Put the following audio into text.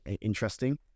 interesting